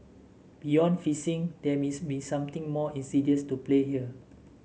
beyond phishing there be something more insidious to play here